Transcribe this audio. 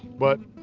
but